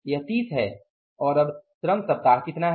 यह 30 है और अब श्रम सप्ताह कितना है